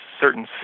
certain